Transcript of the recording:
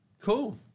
Cool